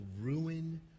ruin